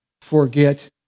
forget